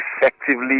effectively